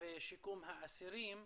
בשיקום האסירים.